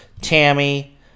Tammy